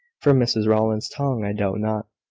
from mrs rowland's tongue, i doubt not,